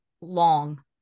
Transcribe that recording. long